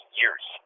years